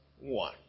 one